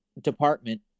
department